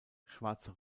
schwarze